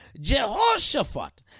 Jehoshaphat